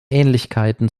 ähnlichkeiten